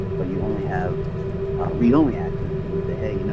ah you only have read-only access, and you say, hey, you know